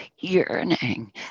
yearning